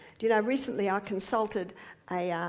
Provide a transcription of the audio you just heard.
you know recently, i consulted a